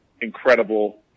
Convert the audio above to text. incredible